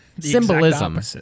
Symbolism